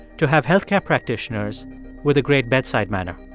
to have health care practitioners with a great bedside manner.